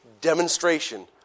demonstration